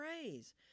praise